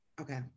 okay